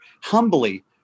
humbly